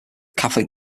catholic